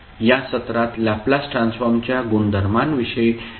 या सत्रात लॅपलास ट्रान्सफॉर्मच्या गुणधर्मांविषयी चर्चा केली